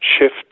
shift